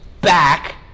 back